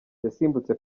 yasimbutse